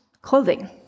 clothing